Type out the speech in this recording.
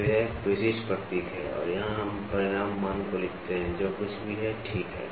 तो यह एक विशिष्ट प्रतीक है और यहाँ हम परिमाण मान को लिखते हैं जो कुछ भी है ठीक है